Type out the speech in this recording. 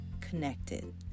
connected